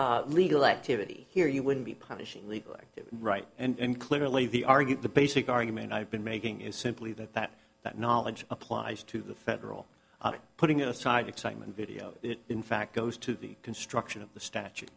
publishing legal activity here you wouldn't be publishing legal activity right and clearly the argue the basic argument i've been making is simply that that that knowledge applies to the federal putting it aside excitement video it in fact goes to the construction of the statue